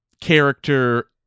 character